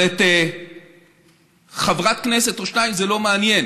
אבל חברת כנסת או שתיים זה לא מעניין.